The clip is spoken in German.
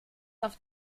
auf